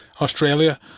Australia